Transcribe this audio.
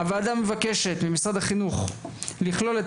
הוועדה מבקשת ממשרד החינוך לכלול את